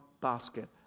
basket